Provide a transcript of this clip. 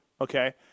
okay